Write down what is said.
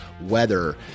weather